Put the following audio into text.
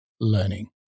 learning